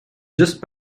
just